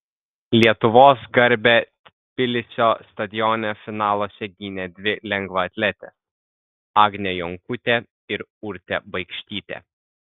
lietuvos garbę tbilisio stadione finaluose gynė dvi lengvaatletės agnė jonkutė ir urtė baikštytė